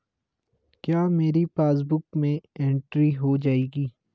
क्या मेरी पासबुक में एंट्री हो जाएगी?